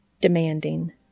demanding